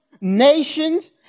nations